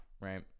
right